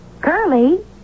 Curly